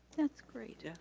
that's great. yeah